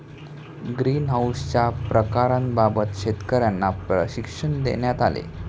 ग्रीनहाउसच्या प्रकारांबाबत शेतकर्यांना प्रशिक्षण देण्यात आले